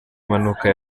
mpanuka